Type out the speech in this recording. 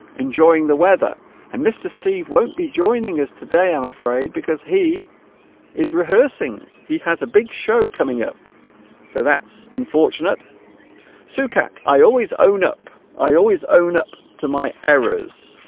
enjoying the weather and mr. steve won't be joining us today i'm afraid because he is rehearsing he has a big show coming up so that's unfortunate so tsukete i always owned up i always owned up to my errors